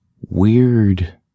weird